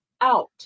out